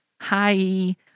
Hi